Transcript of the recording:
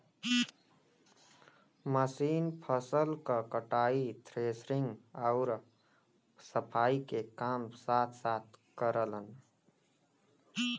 machine फसल क कटाई, थ्रेशिंग आउर सफाई के काम साथ साथ करलन